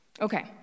Okay